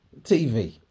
TV